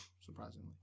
Surprisingly